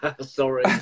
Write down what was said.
Sorry